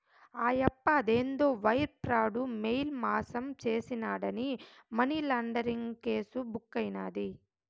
ఆయప్ప అదేందో wire fraud, mail మాసం చేసినాడాని మనీలాండరీంగ్ కేసు బుక్కైనాది